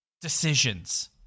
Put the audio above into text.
decisions